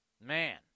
man